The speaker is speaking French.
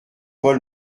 paul